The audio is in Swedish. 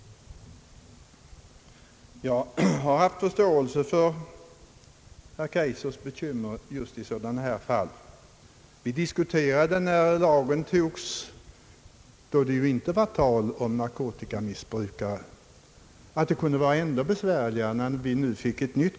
Jag har haft förståelse för herr Kaijsers. bekymmer just i här berörda fall. När lagen antogs — då det ju inte var tal om narkotikamissbrukare — konstaterade vi i utskottet att det kunde bli besvärligt med överföringen från frivilligt.